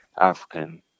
African